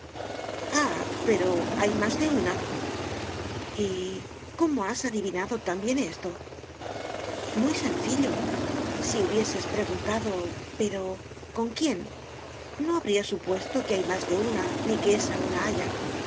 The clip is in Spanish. pero hay más de una y cómo has adivinado también esto muy sencillo si hubieses preguntado pero con quién no habría supuesto que hay más de una ni que esa una haya